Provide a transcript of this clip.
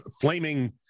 flaming